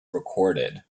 recorded